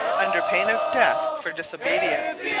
under pain of death for disobedience.